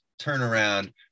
turnaround